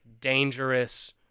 dangerous